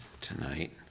tonight